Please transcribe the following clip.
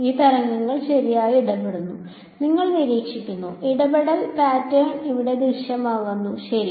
ഈ തരംഗങ്ങൾ ശരിയായി ഇടപെടുന്നു നിങ്ങൾ നിരീക്ഷിക്കുന്നു ഇടപെടൽ പാറ്റേൺ ഇവിടെ ദൃശ്യമാകുന്നു ശരി